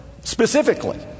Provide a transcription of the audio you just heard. specifically